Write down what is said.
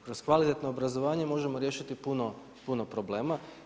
Kroz kvalitetno obrazovanje možemo riješiti puno problema.